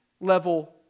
level